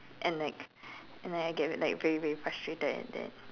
and like and I get like very very frustrated at that